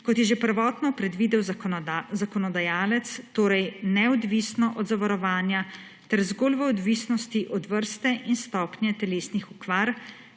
kot je že prvotno predvidel zakonodajalec, torej neodvisno od zavarovanja ter zgolj v odvisnosti od vrste in stopnje telesnih okvar,